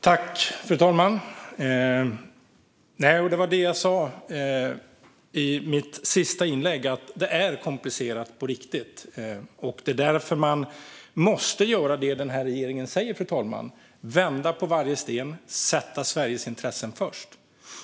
Fru talman! Som jag sa i mitt senaste inlägg är det komplicerat på riktigt. Det är därför som man måste göra det regeringen säger, fru talman, nämligen vända på varje sten och sätta Sveriges intressen först.